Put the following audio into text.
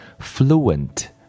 Fluent